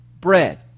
Bread